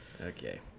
Okay